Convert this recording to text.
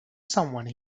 someone